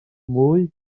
mwy